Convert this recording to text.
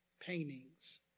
paintings